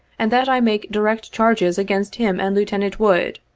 and that i make direct charges against him and lieutenant wood,